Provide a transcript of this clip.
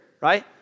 right